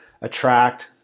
attract